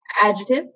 adjective